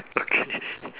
okay